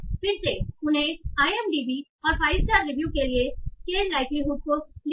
फिर से उन्होंने आई एम डी बी और फाइव स्टार रिव्यू के लिए स्केलड लाइक्लीहुड को लिया